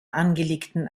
angelegten